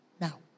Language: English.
now